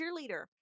cheerleader